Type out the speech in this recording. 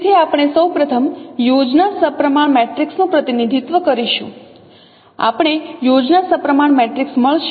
તેથી આપણે સૌ પ્રથમ યોજના સપ્રમાણ મેટ્રિક્સનું પ્રતિનિધિત્વ કરીશું આપણે યોજના સપ્રમાણ મેટ્રિક્સ મળશે